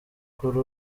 kuri